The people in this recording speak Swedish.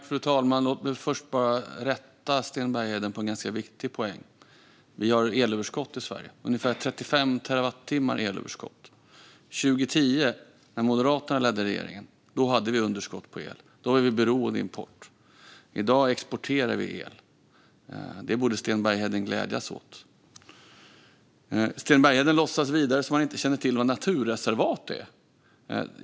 Fru talman! Låt mig först rätta Sten Bergheden när det gäller en ganska viktig sak. Vi har ett elöverskott i Sverige på ungefär 35 terawattimmar. År 2010, när Moderaterna ledde regeringen, hade vi underskott på el. Då var vi beroende av import. I dag exporterar vi el. Det borde Sten Bergheden glädjas åt. Sten Bergheden låtsas vidare som att han inte känner till vad naturreservat är.